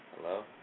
Hello